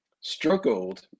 struggled